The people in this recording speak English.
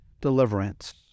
deliverance